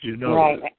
Right